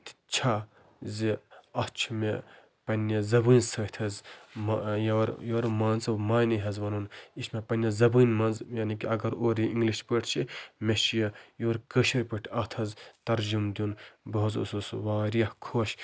تِتہِ چھا زِ اَتھ چھِ مےٚ پنٛنہِ زَبٲنۍ سۭتۍ حظ یورٕ یورٕ مان ژٕ معنے حظ وَنُن یہِ چھِ مےٚ پَنٛنہِ زَبٲنۍ منٛز یعنی کہِ اگر اورٕ یہِ اِنٛگلِش پٲٹھۍ چھِ مےٚ چھِ یورٕ کٲشِر پٲٹھۍ اَتھ حظ ترجُمہٕ دیُن بہٕ حظ اوسُس واریاہ خۄش